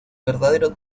verdadero